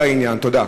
תודה.